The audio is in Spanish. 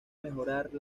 mejorar